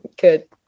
Good